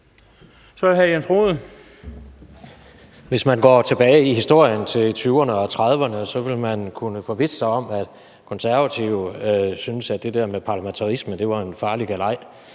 Rohde. Kl. 12:43 Jens Rohde (RV): Hvis man går tilbage i historien til 1920'erne og 1930'erne, vil man kunne forvisse sig om, at Konservative syntes, at det der med parlamentarisme var en farlig galej,